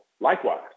likewise